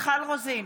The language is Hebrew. מיכל רוזין,